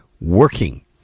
working